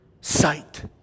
sight